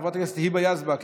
חבר הכנסת איימן עודה,